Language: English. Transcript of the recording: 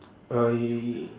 uh he